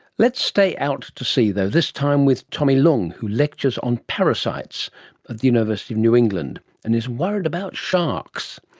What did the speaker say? let's stay out to sea though, this time with tommy leung who lectures on parasites at the university of new england and is worried about sharks.